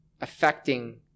affecting